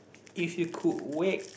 if you could wake